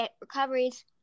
recoveries